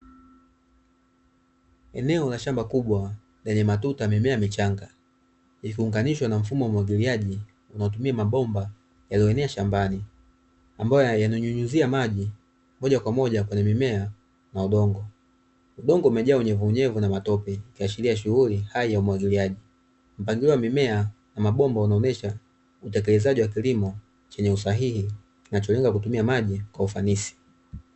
Eneo la shamba kubwa lenye matuta mimea michanga likiunganishwa na mfumo wa umwagiliaji unaotumia mabomba yaliyoenea shambani, ambayo yananyunyizia maji mojakwamoja kwenye mimea na udongo. Udongo umejaa unyevunyevu na matope ukiashiria shughuli hai ya umwagiliaji mpangilio wa mimea na mabomba unaonesha utekelezaji wa kilimo chenye usahihi kinachoweza kutumia maji kwa ufanisi.